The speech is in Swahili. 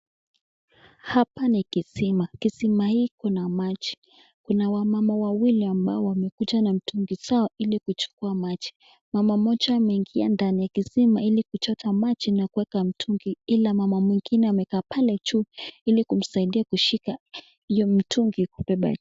Hapa ni kisima, kisima hii kuna maji kuna wamama wawili ambao wamekuja na mitungi zao ili kuchukua maji. Mama moja ameingia ndani ya kisima ili kuchota maji na kueka mtungi ila mama mwingine amekaa pale juu ili kumsaidia kushika hiyo mitungi kubeba.